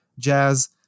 jazz